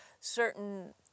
certain